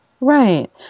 Right